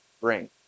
bring